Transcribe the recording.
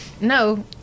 No